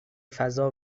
فضا